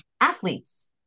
athletes